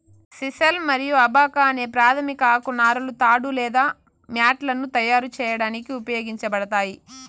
sisal మరియు abaca అనే ప్రాధమిక ఆకు నారలు తాడు లేదా మ్యాట్లను తయారు చేయడానికి ఉపయోగించబడతాయి